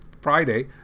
Friday